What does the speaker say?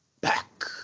back